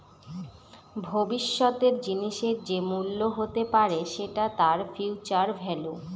ভবিষ্যতের জিনিসের যে মূল্য হতে পারে সেটা তার ফিউচার ভেল্যু